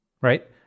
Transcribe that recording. right